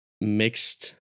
mixed